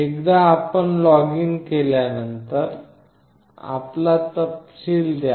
एकदा आपण लॉगिन केल्यानंतर आपला तपशील द्या